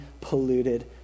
polluted